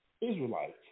Israelites